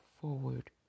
forward